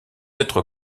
être